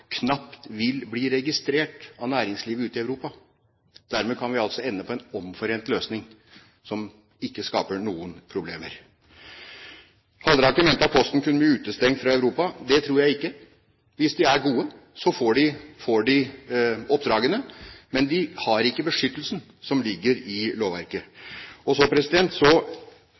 knapt vil bli registrert av næringslivet ute i Europa. Dermed kan vi altså ende på en omforent løsning som ikke skaper noen problemer. Halleraker mente at Posten kunne bli utestengt fra Europa. Det tror jeg ikke. Hvis de er gode, får de oppdragene, men de har ikke beskyttelsen som ligger i lovverket. Så